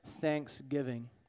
thanksgiving